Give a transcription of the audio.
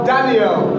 Daniel